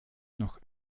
noch